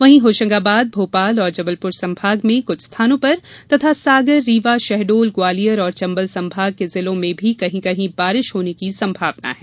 वहीं होशंगाबाद भोपाल और जबलपुर संभाग में कुछ स्थानों पर तथा सागर रीवा शहडोल ग्वालियर और चंबल संभाग के जिलों में भी कहीं कहीं बारिश होने की संभावना है